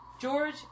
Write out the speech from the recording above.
George